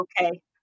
Okay